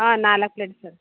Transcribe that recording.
ಹಾಂ ನಾಲ್ಕು plate sir